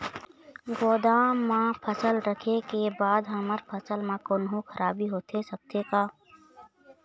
गोदाम मा फसल रखें के बाद हमर फसल मा कोन्हों खराबी होथे सकथे का?